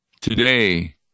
Today